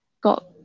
got